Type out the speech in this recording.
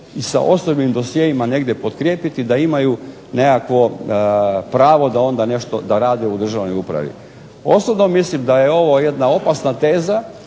sa osobnim dosjeima negdje potkrijepiti da imaju nekakvo pravo da onda nešto, da rade u državnoj upravi. Osobno mislim da je ovo jedna opasna teza,